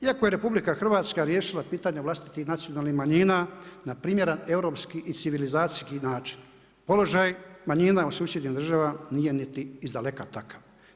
Iako je RH riješila pitanje vlastitih nacionalnih manjina na primjeran europski i civilizacijski način, položaj manjina u susjednim državama nije niti izdaleka takav.